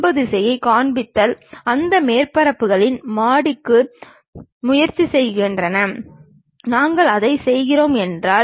பொதுவாக குவியும் வரைபடங்கள் முழு உளக்காட்சிக்கு பயன்படுகிறது